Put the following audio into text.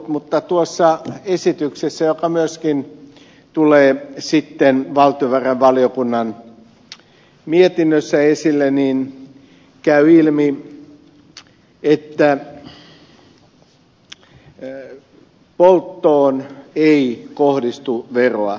mutta tuossa esityksessä joka myöskin tulee valtiovarainvaliokunnan mietinnössä esille käy ilmi että polttoon ei kohdistu veroa